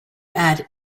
add